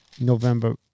November